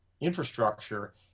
infrastructure